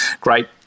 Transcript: great